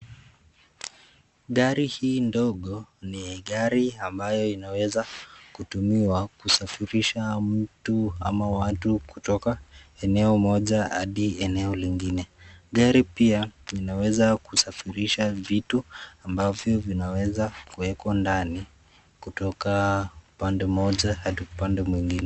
Gari hii ndogo ni gari ambayo inaweza kutimiwa kusafirisha mtu ama watu kutoka eneo moja hadi eneo lingine. Gari pia linaweza kusafirisha vitu ambavyo vinaweza kuwekwa ndani kutoka pande moja hadi upande mwingine